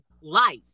life